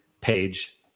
page